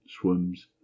swims